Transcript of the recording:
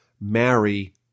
marry